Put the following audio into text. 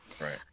right